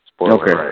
Okay